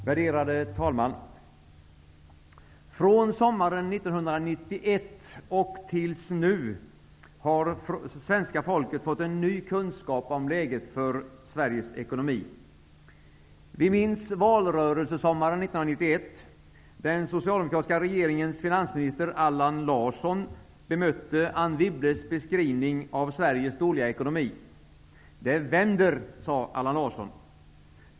Värderade talman! fr.o.m. sommaren 1991 och fram till nu har svenska folket fått en ny kunskap om läget för Sveriges ekonomi. Vi minns valrörelsesommaren 1991. Den socialdemokratiska regeringens finansminister Allan Larsson bemötte Anne Wibbles beskrivning av Sveriges dåliga ekonomi. Det vänder, sade Allan Larsson.